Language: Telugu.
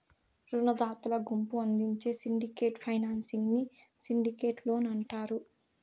రునదాతల గుంపు అందించే సిండికేట్ ఫైనాన్సింగ్ ని సిండికేట్ లోన్ అంటారు